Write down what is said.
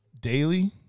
daily